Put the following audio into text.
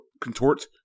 contort